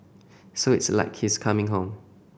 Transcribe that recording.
so it's like he's coming home